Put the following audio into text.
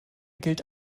gilt